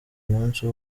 umunsi